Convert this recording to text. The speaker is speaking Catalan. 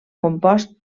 compost